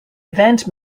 event